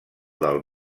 del